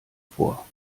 vor